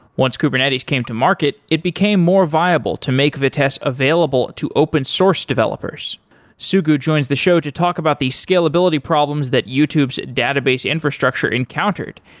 once kubernetes came to market, it became more viable to make vitess available to open-source developers sugu joins the show to talk about the scalability problems that youtube's database infrastructure encountered,